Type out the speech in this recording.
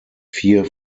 vier